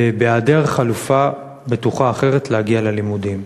בהיעדר חלופה בטוחה אחרת להגיע ללימודים.